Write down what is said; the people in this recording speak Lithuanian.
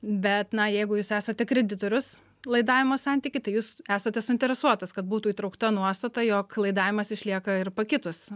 bet na jeigu jūs esate kreditorius laidavimo santyky tai jūs esate suinteresuotas kad būtų įtraukta nuostata jog laidavimas išlieka ir pakitus